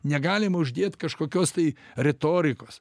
negalima uždėt kažkokios tai retorikos